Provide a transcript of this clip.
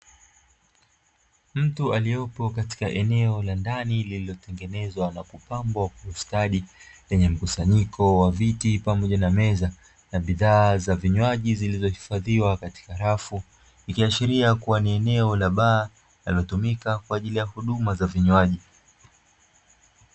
Mtu aliyeko katika eneo la ndani lililote genezwa na kupambwa kwa ustadi, lenye mkusanyiko wa viti pamoja na meza na bidhaa za vinywaji zilizohifadhiwa katika rafu, likiashiria kuwa ni eneo la baa, yaliyotumika katika huduma za vinywaji.